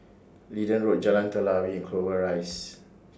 Leedon Road Jalan Telawi Clover Rise